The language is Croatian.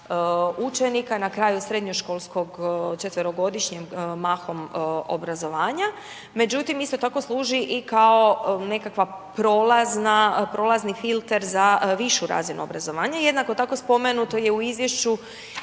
učenika na kraju srednjoškolskog četverogodišnjeg mahom obrazovanja. Međutim, isto tako služi i kao nekakva prolazni filter za višu razinu obrazovanja. Jednako tako, spomenuto je u izvješću